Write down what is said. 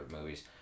movies